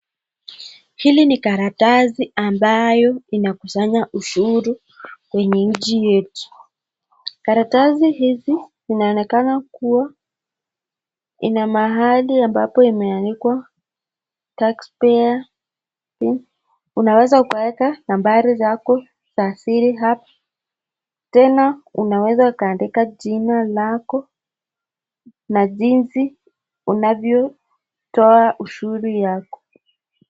Hili ni karatasi ambayo inakusanya ushuru kwenye nchi yetu. Karatasi hizi inaonekana kuwa ina mahali ambapo imeandikwa cs[tax payer]cs,unaweza ukaweka nambari zako za siri hapa ,tena unaweza ukaandika jina lako na jinsi unavyotoa ushuru yako.